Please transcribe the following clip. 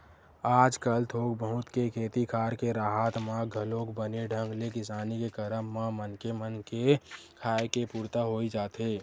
आजकल थोक बहुत के खेती खार के राहत म घलोक बने ढंग ले किसानी के करब म मनखे मन के खाय के पुरता होई जाथे